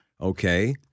Okay